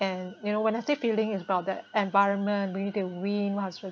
and you know when I say feeling is about that environment we need the wind